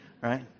right